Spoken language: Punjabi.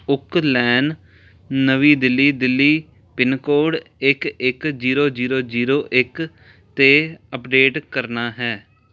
ਓਕ ਲੇਨ ਨਵੀਂ ਦਿੱਲੀ ਦਿੱਲੀ ਪਿੰਨ ਕੋਡ ਇੱਕ ਇੱਕ ਜੀਰੋ ਜੀਰੋ ਜੀਰੋ ਇੱਕ 'ਤੇ ਅਪਡੇਟ ਕਰਨਾ ਹੈ